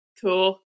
Cool